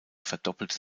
verdoppelte